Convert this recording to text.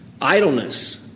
Idleness